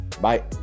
Bye